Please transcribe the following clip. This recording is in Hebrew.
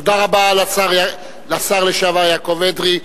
תודה לשר לשעבר יעקב אדרי.